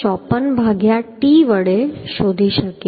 54 ભાગ્યા t વડે શોધી શકીએ